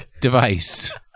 device